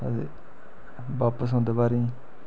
आं ते बापस औंदे बारी